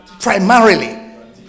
Primarily